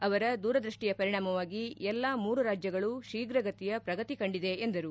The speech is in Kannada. ಅವರ ದೂರದ್ವಷ್ಷಿಯ ಪರಿಣಾಮವಾಗಿ ಎಲ್ಲಾ ಮೂರು ರಾಜ್ಗಗಳು ಶೀಘ್ರಗತಿಯ ಪ್ರಗತಿ ಕಂಡಿದೆ ಎಂದರು